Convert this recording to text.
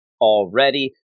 already